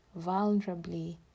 vulnerably